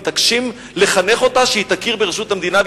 מתעקשים לחנך אותה שהיא תכיר ברשות המדינה,